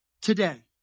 today